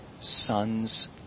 sons